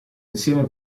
insieme